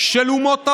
של אומות העולם,